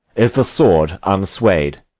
is the sword unsway'd?